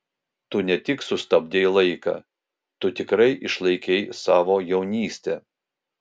tu ne tik sustabdei laiką tu tikrai išlaikei savo jaunystę